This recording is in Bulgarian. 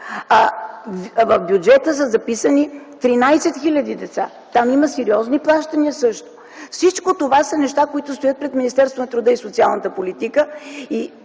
В бюджета са записани 13 хил. деца. Там има сериозни плащания. Всичко това са неща, които стоят пред Министерството на труда и социалната политика